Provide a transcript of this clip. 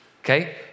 okay